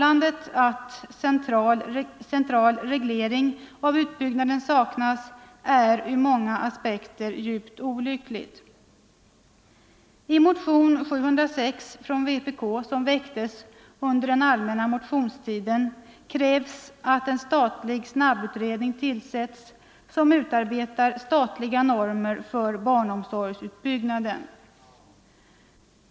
Att central reglering av utbyggnaden saknas är ur många aspekter djupt olyckligt. I vpk-motionen 706, som väcktes under den allmänna motionstiden, krävs att en statlig snabbutredning tillsätts, som utarbetar statliga normer för barnomsorgsutbyggnaden.